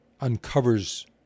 uncovers